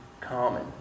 common